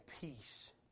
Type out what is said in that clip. peace